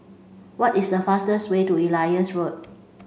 what is the fastest way to Elias Road